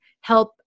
help